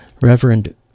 Reverend